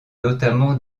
notamment